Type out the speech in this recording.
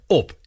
op